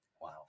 Wow